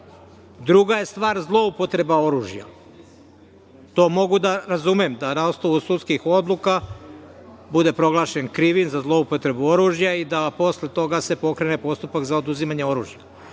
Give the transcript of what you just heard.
Druga je stvar zloupotreba oružja. To mogu da razumem, da na osnovu sudskih odluka bude proglašen krivim za zloupotrebu oružja i da posle toga se pokrene postupak za oduzimanje oružja.